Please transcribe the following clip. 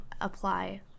Apply